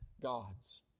gods